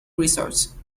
resource